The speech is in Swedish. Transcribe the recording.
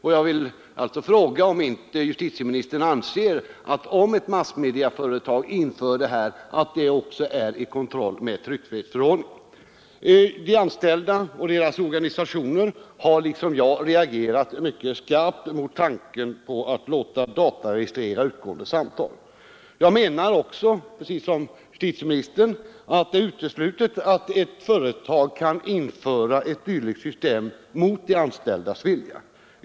Jag vill alltså fråga om inte justitieministern anser att det är i konflikt med tryckfrihetsförordningen om ett massmedieföretag inför denna kontroll. De anställda och deras organisationer har liksom jag reagerat mycket skarpt mot tanken att låta dataregistrera utgående telefonsamtal. Jag menar också, liksom justitieministern, att det är uteslutet att ett företag kan införa ett dylikt system mot de anställdas vilja.